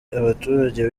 abaturage